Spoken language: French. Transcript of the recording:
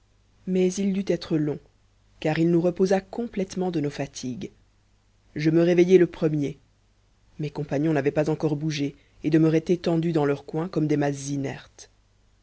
mais il dut être long car il nous reposa complètement de nos fatigues je me réveillai le premier mes compagnons n'avaient pas encore bougé et demeuraient étendus dans leur coin comme des masses inertes